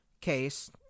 case